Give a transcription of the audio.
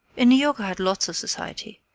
in new york i had lots of society.